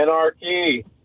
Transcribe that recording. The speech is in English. Anarchy